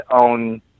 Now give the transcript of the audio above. own